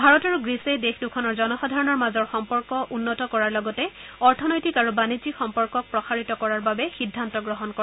ভাৰত আৰু গ্ৰীচে দেশ দুখনৰ জনসাধাৰণৰ মাজৰ সম্পৰ্ক উন্নত কৰাৰ লগতে অৰ্থনৈতিক আৰু বাণিজ্যিক সম্পৰ্কক প্ৰসাৰিত কৰাৰ বাবে সিদ্ধান্ত গ্ৰহণ কৰে